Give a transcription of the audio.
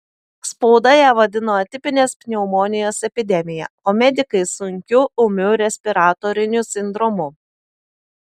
spauda ją vadino atipinės pneumonijos epidemija o medikai sunkiu ūmiu respiratoriniu sindromu